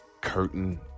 curtain